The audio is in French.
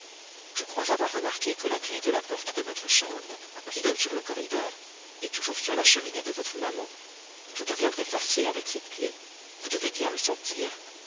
je crois avoir remarqué que la clef de la porte de votre chambre qui donne sur le corridor est toujours sur la cheminée de votre maman tout deviendrait facile avec cette clef vous devez bien le sentir